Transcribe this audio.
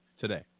today